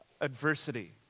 adversity